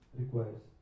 requires